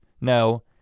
No